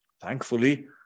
Thankfully